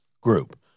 group